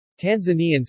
Tanzanians